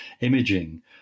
imaging